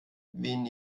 wen